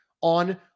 on